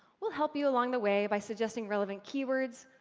we'll help you along the way by suggesting relevant keywords,